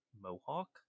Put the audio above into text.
Mohawk